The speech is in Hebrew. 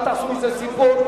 אל תעשו מזה סיפור.